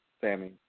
Sammy